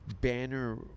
banner